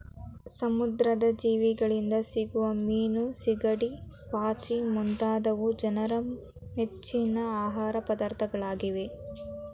ಸಮುದ್ರದ ಜೀವಿಗಳಿಂದ ಸಿಗುವ ಮೀನು, ಸಿಗಡಿ, ಪಾಚಿ ಮುಂತಾದವು ಜನರ ಮೆಚ್ಚಿನ ಆಹಾರ ಪದಾರ್ಥಗಳಾಗಿವೆ